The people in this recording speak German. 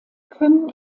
können